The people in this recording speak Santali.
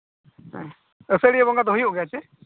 ᱦᱮᱸ ᱟᱹᱥᱟᱹᱲᱤᱭᱟᱹ ᱵᱚᱸᱜᱟ ᱫᱚ ᱦᱩᱭᱩᱜ ᱜᱮᱭᱟ ᱪᱮ